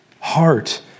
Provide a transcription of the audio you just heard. heart